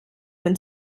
when